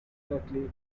perfectly